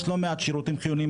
יש לא מעט שירותים חיוניים,